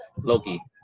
Loki